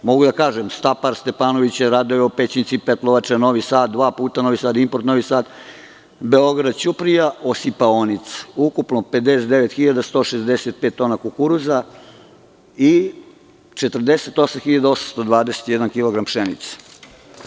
Mogu da kažem – Stapar Stepanović je radio Pećinci – Petlovača – Novi Sad, dva puta Novi Sad „Import“, Novi Sad – Beograd – Ćuprija – Osipaonica, ukupno 59.165 tona kukuruza i 48.821 kilogram pšenice.